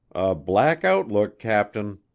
black outlook, captain.